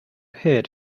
head